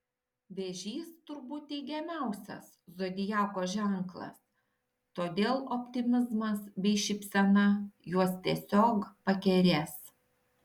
vėžys turbūt teigiamiausias zodiako ženklas todėl optimizmas bei šypsena juos tiesiog pakerės